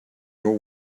your